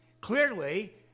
Clearly